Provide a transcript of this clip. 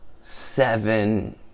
seven